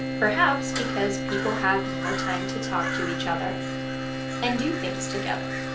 perhaps because people have more time to talk to each other and do things together.